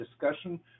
discussion